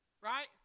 right